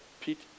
Pete